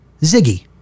Ziggy